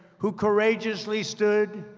who courageously stood